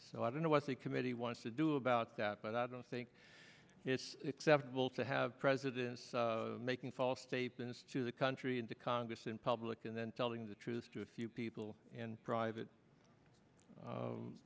so i don't know what the committee wants to do about that but i don't think it's acceptable to have presidents making false statements to the country and the congress in public and then telling the truth to a few people in private